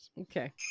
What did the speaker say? Okay